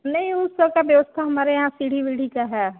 नहीं उस सबकी व्यवस्था हमारे यहाँ सीढ़ी वीढ़ी की है